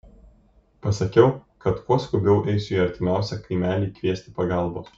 pasakiau kad kuo skubiau eisiu į artimiausią kaimelį kviesti pagalbos